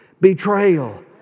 Betrayal